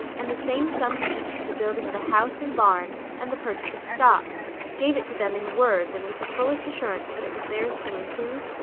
and the same sum to each for the building of a house and barn and the purchase of stock gave it to them in words, and with the fullest assurance that it was theirs to improve,